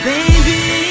Baby